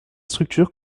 structures